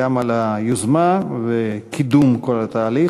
גם על היוזמה וקידום כל התהליך.